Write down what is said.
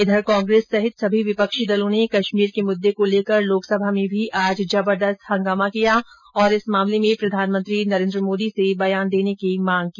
इधर कांग्रेस सहित सभी विपक्षी दलों ने कश्मीर के मुददे को लेकर लोकसभा में भी आज जबरदस्त हंगामा किया और इस मामले में प्रधानमंत्री नरेन्द्र मोदी से बयान देने की मांग की